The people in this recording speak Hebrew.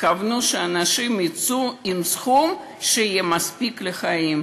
התכוונו שאנשים יצאו עם סכום מספיק לחיים.